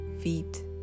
feet